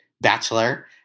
bachelor